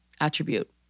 attribute